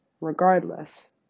Regardless